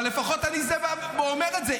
אבל לפחות אני בא ואומר את זה.